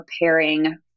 preparing